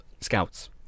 scouts